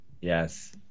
Yes